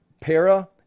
para